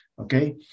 Okay